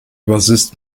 bassist